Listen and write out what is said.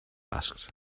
asked